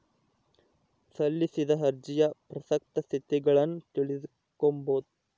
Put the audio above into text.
ಸಲ್ಲಿಸಿದ ಅರ್ಜಿಯ ಪ್ರಸಕ್ತ ಸ್ಥಿತಗತಿಗುಳ್ನ ತಿಳಿದುಕೊಂಬದು